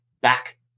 back